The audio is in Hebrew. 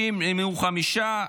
50, נמנעו, חמישה.